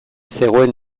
zegoen